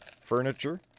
furniture